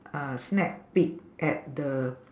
uh snack peek at the